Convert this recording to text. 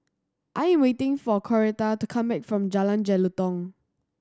I am waiting for Coretta to come back from Jalan Jelutong